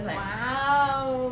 !wow!